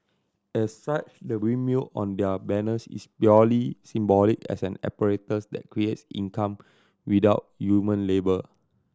as such the windmill on their banners is purely symbolic as an apparatus that creates income without human labour